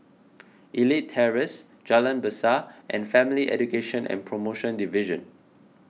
Elite Terrace Jalan Besar and Family Education and Promotion Division